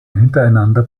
hintereinander